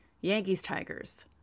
Yankees-Tigers